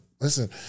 Listen